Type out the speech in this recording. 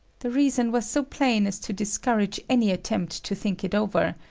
the reason was so plain as to discourage any attempt to think it over,